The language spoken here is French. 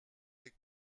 des